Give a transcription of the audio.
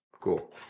Cool